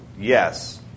Yes